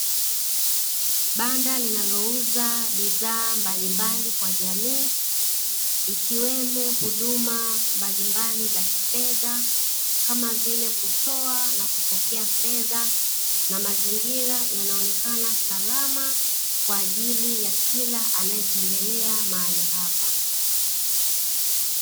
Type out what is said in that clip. Banda linalouza bidhaa mbalimbali kwa jamii, ikiwemo huduma mbalimbali za kifedha kama vile, kutoa na kupokea fedha. Mazingira yanaonekana salama kwa ajili ya kila anayetembelea mahali hapa. .